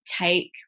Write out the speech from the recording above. take